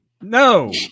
No